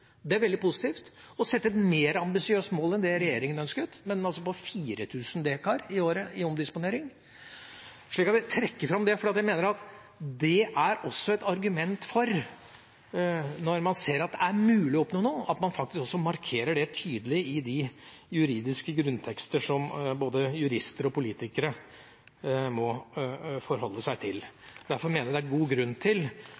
det er veldig positivt – og å sette et mer ambisiøst mål enn det regjeringa ønsket, altså på 4 000 dekar i året i omdisponering. Så jeg trekker fram det, for jeg mener at det også er et argument for – når man ser at det er mulig å oppnå noe – at man også markerer det tydelig i de juridiske grunntekster som både jurister og politikere må forholde seg til. Derfor mener jeg det er god grunn til